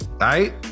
Right